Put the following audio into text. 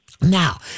now